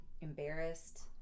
embarrassed